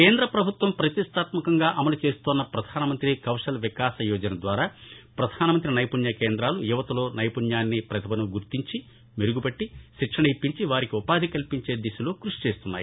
కేంద్ర పభుత్వం పతిష్టాత్మకంగా అమలు చేస్తోన్న పధాన మంత్రి కౌశల్ వికాస యోజన ద్వారా ప్రధాన మంతి నైపుణ్య కేందాలు యువతలో నైపుణ్యాన్ని పతిభను గుర్తించి మెరుగుపెట్టి శిక్షణ ఇప్పించి వారికి ఉపాధి కల్పించే దిశలో కృషి చేస్తున్నాయి